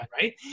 right